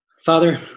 Father